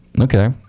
Okay